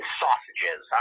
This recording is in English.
sausages